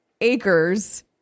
acres